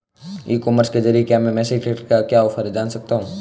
E commerce के ज़रिए क्या मैं मेसी ट्रैक्टर का क्या ऑफर है जान सकता हूँ?